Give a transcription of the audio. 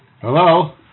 Hello